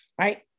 right